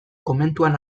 komentuan